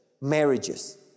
marriages